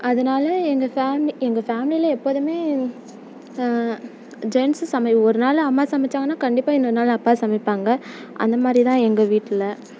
அதனால் எங்கள் ஃபேமிலி எங்கள் ஃபேமிலில் எப்போதுமே ஜென்ஸு சமையல் ஒரு நாள் அம்மா சமைச்சாங்கன்னா கண்டிப்பாக இன்னொரு நாள் அப்பா சமைப்பாங்க அந்தமாதிரி தான் எங்கள் வீட்டில்